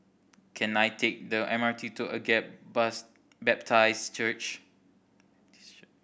can I take the M R T to Agape Baptist Church